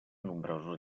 nombrosos